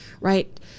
right